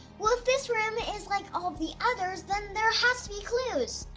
well, if this room is like all the others then there has to be clues!